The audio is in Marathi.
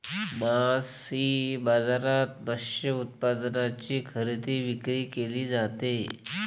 मासळी बाजारात मत्स्य उत्पादनांची खरेदी विक्री केली जाते